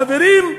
חברים,